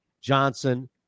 Johnson